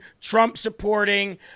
Trump-supporting